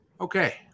okay